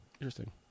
Interesting